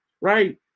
right